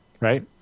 right